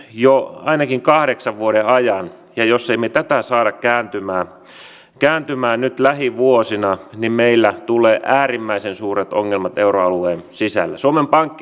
siellä osin se jatkuu investointien ja rahoitusmarkkinoiden osalta mutta tämä käytännön toiminta siirtyy nyt suomalais venäläiselle kauppakamarille joka on toimissaan ollut hyvin tehokas